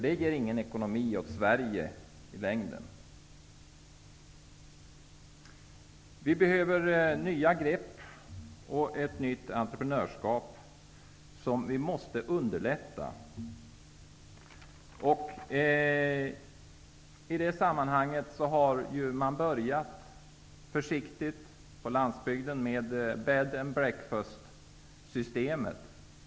Det är ingen ekonomisk lösning för Sverige i längden. Vi behöver nya grepp och ett nytt entreprenörskap, och det måste vi underlätta. I det sammanhanget har man på landsbygden försiktigt börjat med bed and breakfast-systemet.